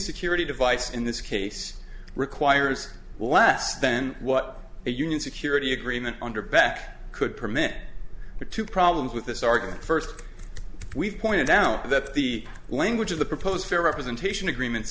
security device in this case requires less than what a union security agreement under back could permit are two problems with this argument first we've pointed out that the language of the proposed fair representation agreements